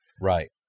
Right